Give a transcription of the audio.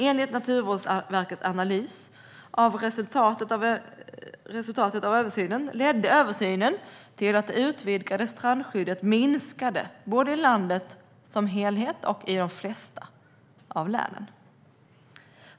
Enligt Naturvårdsverkets analys av resultatet av översynen ledde översynen till att det utvidgade strandskyddet minskade både i landet som helhet och i de flesta länen.